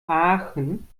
aachen